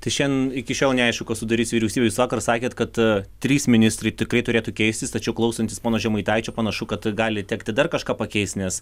tai šian iki šiol neaišku kas sudarys vyriausybę jūs vakar sakėt kad trys ministrai tikrai turėtų keistis tačiau klausantis pono žemaitaičio panašu kad gali tekti dar kažką pakeist nes